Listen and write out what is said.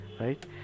Right